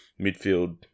midfield